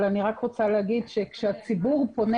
אני רק רוצה להגיד שכשהציבור פונה